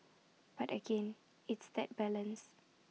but again it's that balance